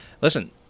Listen